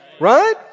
right